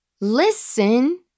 listen